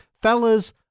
Fellas